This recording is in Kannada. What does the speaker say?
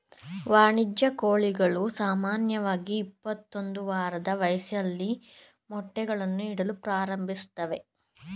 ವಾಣಿಜ್ಯ ಕೋಳಿಗಳು ಸಾಮಾನ್ಯವಾಗಿ ಇಪ್ಪತ್ತೊಂದು ವಾರದ ವಯಸ್ಸಲ್ಲಿ ಮೊಟ್ಟೆಗಳನ್ನು ಇಡಲು ಪ್ರಾರಂಭಿಸ್ತವೆ